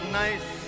nice